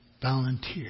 Volunteer